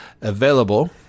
available